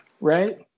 right